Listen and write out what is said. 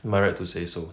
am I right to say so